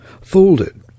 folded